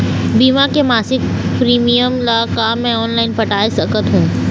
बीमा के मासिक प्रीमियम ला का मैं ऑनलाइन पटाए सकत हो?